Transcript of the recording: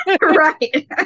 right